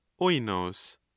oinos